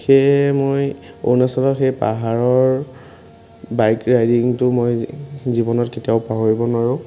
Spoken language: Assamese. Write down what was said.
সেয়েহে মই অৰুণাচলৰ সেই পাহাৰৰ বাইক ৰাইডিঙটো মই জীৱনত কেতিয়াও পাহৰিব নোৱাৰোঁ